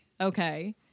Okay